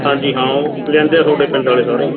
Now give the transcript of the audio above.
ਹਾਂਜੀ ਹਾਂ ਉਹ ਲੈਂਦੇ ਆ ਤੁਹਾਡੇ ਪਿੰਡ ਵਾਲੇ ਸਾਰੇ